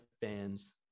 fans